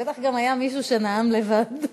בטח היה מישהו שנאם לבד.